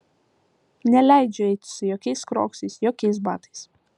neleidžiu eiti su jokiais kroksais jokiais batais